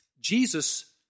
Jesus